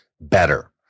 better